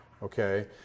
Okay